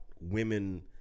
women